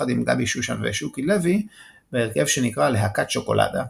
יחד עם גבי שושן ושוקי לוי בהרכב שנקרא "להקת שוקולדה".